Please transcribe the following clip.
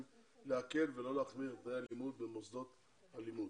להקל ולא להחמיר בתנאי הלימוד במוסדות הלימוד.